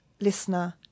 listener